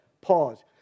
Pause